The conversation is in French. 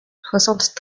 soixante